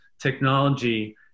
technology